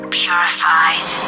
purified